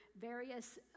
various